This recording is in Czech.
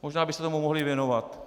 Možná by se tomu mohli věnovat.